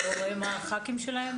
לא רואה מה הח"כים שלהם